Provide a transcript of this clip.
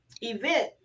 event